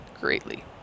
greatly